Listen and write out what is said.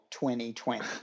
2020